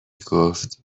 گفت